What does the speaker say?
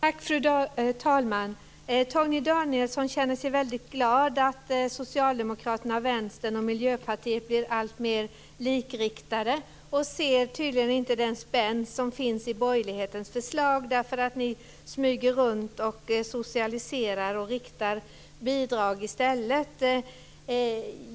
Fru talman! Torgny Danielsson känner sig glad över att Socialdemokraterna, Vänstern och Miljöpartiet blir alltmer likriktade och ser tydligen inte den spänst som finns i borgerlighetens förslag. Ni smyger runt och socialiserar och riktar bidrag i stället.